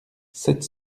sept